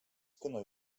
kino